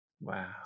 Wow